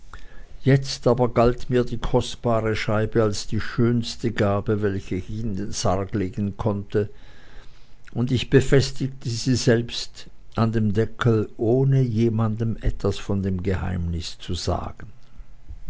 jetzt aber galt mir die kostbare scheibe als die schönste gabe welche ich in den sarg legen konnte und ich befestigte sie selbst an dem deckel ohne jemandem etwas von dem geheimnis zu sagen